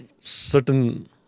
certain